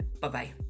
Bye-bye